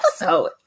episode